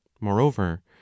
Moreover